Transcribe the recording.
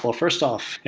first off,